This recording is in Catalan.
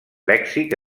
lèxic